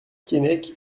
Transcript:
keinec